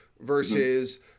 versus